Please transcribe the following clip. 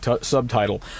subtitle